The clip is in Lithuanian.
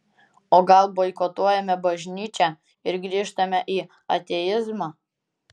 o gal boikotuojame bažnyčią ir grįžtame į ateizmą